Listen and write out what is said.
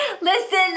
Listen